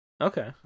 Okay